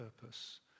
purpose